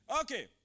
Okay